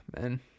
Man